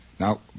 Now